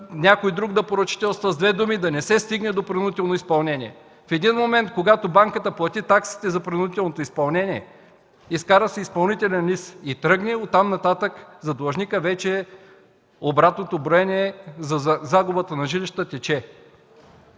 някой друг да поръчителства, с две думи – да не се стигне до принудително изпълнение. В един момент, когато банката плати таксите за принудителното изпълнение, изкара си изпълнителен лист и тръгне, от там нататък за длъжника вече е започнало да тече обратното броене за загубата на жилище.